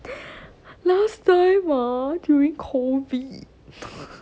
last time ah during COVID